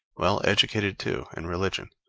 well educated, too, in religion